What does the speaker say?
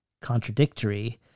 contradictory